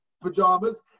pajamas